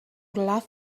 laugh